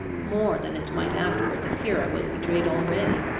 more than it might afterwards appear i was betrayed already.